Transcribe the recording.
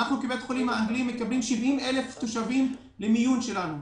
בבית החולים האנגלי אנחנו מקבלים 70,000 תושבים למיון שלנו.